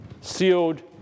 Sealed